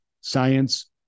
science